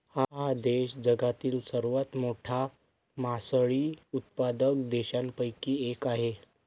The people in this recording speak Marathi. हा देश जगातील सर्वात मोठा मासळी उत्पादक देशांपैकी एक आहे